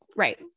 Right